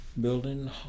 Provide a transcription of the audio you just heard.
building